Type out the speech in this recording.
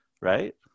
Right